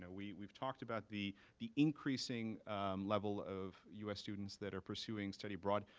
ah we've we've talked about the the increasing level of u s. students that are pursuing study abroad,